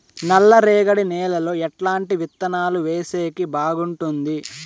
నల్లరేగడి నేలలో ఎట్లాంటి విత్తనాలు వేసేకి బాగుంటుంది?